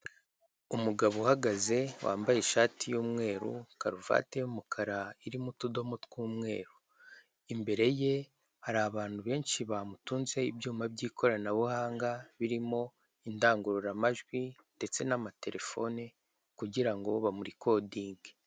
Umugabo uhagaze, wambaye ishati y'umweru, karuvate y'umukara, irimo utudomo tw'umweru. Imbere ye hari abantu banshi bamutunze ibyuma by'ikoranabuhanga, birimo indangururamajwi ndetse n'amatelefone, kugira ngo bamurikodinge.